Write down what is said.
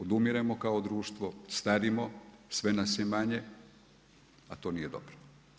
Odumiremo kao društvo, starimo, sve nas je manje, a to nije dobro.